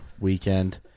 weekend